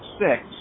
six